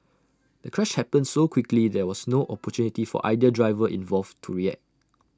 the crash happened so quickly there was no opportunity for either driver involved to react